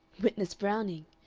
witness browning.